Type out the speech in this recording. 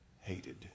hated